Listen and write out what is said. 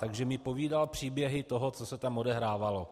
Takže mi povídal příběhy, co se tam odehrávalo.